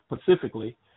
specifically